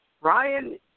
Ryan